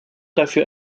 dafür